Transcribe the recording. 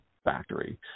factory